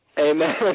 Amen